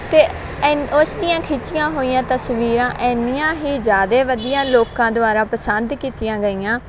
ਅਤੇ ਐਨ ਉਸ ਦੀਆਂ ਖਿੱਚੀਆਂ ਹੋਈਆਂ ਤਸਵੀਰਾਂ ਇੰਨੀਆਂ ਹੀ ਜ਼ਿਆਦੇ ਵਧੀਆ ਲੋਕਾਂ ਦੁਆਰਾ ਪਸੰਦ ਕੀਤੀਆਂ ਗਈਆਂ